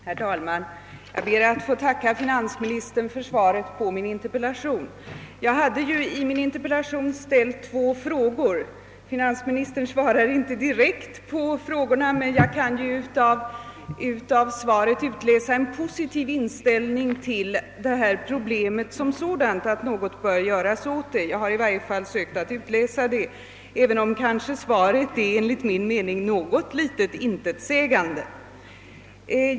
Herr talman! Jag ber att få tacka finansministern för svaret på min interpellation. Jag hade i denna ställt två frågor. Finansministern svarar inte direkt på dessa, men jag kan av svaret utläsa en positiv inställning till problemet som sådant och att något bör göras åt saken. Jag har i varje fall sökt att utläsa detta, även om svaret enligt min mening är något intetsägande.